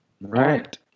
right